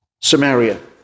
Samaria